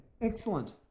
Excellent